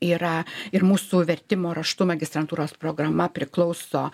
yra ir mūsų vertimo raštu magistrantūros programa priklauso